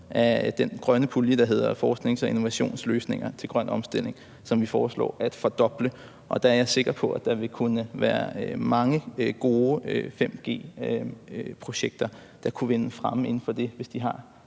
af den grønne pulje, der hedder forsknings- og innovationsløsninger til grøn omstilling, som vi foreslår at fordoble, og der er jeg sikker på, at der vil være mange gode 5G-projekter, der vil kunne vinde fremme inden for det, hvis de har